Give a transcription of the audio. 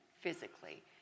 physically